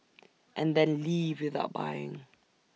and then leave without buying